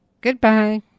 Goodbye